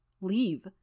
Leave